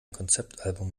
konzeptalbum